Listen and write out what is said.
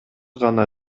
гана